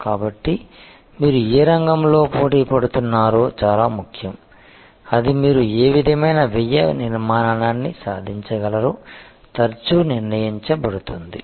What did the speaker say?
కాబట్టి మీరు ఏ రంగంలో పోటీ పడుతున్నారో చాలా ముఖ్యం అది మీరు ఏ విధమైన వ్యయ నిర్మాణాన్ని సాధించగలరో తరచుగా నిర్ణయించబడుతుంది